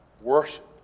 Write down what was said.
worship